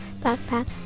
backpack